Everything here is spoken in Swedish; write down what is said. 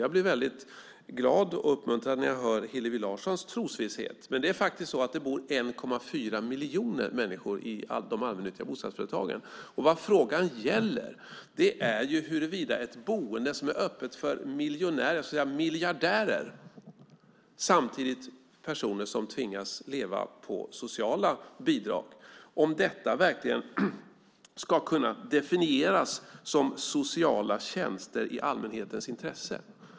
Jag blir glad och uppmuntrad när jag hör Hillevi Larssons trosvisshet. Men det bor faktiskt 1,4 miljoner människor i de allmännyttiga bostadsföretagen. Vad frågan gäller är huruvida ett boende som är öppet för miljonärer och till och med miljardärer samtidigt med personer som tvingas leva på sociala bidrag verkligen ska kunna definieras som sociala tjänster i allmänhetens intresse.